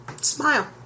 smile